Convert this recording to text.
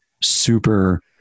super